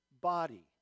body